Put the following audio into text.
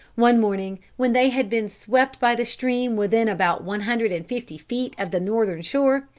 one morning when they had been swept by the stream within about one hundred and fifty feet of the northern shore,